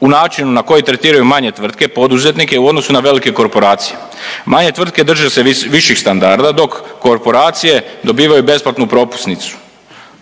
u načinu na koji tretiraju manje tvrtke, poduzetnike u odnosu na velike korporacije. Manje tvrtke drže se viših standarda dok korporacije dobivaju besplatnu propusnicu.